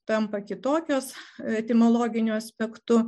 tampa kitokios etimologiniu aspektu